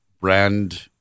brand